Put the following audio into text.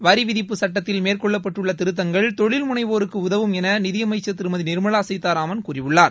வரிவிதிப்பு சட்டத்தில் மேற்கொள்ளப்பட்டுள்ள திருத்தங்கள் தொழில் முனைவோருக்கு உதவும் என நிதியமைச்சர் திருமதி நிர்மலா சீதாராமன் கூறியுள்ளார்